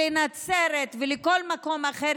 לנצרת ולכל מקום אחר,